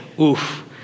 Oof